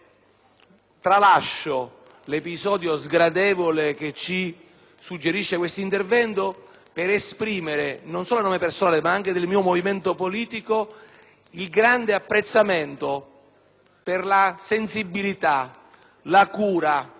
Tralascio l'episodio sgradevole che ci richiama questo intervento per esprimere, non solo a nome personale ma anche del mio movimento politico, il grande apprezzamento per la sensibilità, la cura,